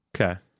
Okay